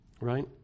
right